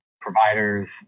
providers